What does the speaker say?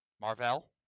Marvel